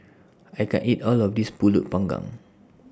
I can't eat All of This Pulut Panggang